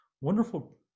wonderful